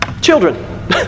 Children